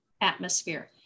atmosphere